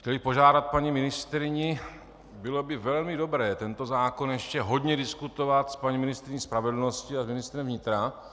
Chtěl bych požádat paní ministryni, bylo by velmi dobré tento zákon ještě hodně diskutovat s paní ministryní spravedlnosti a s ministrem vnitra.